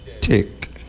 tick